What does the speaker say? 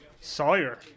Sawyer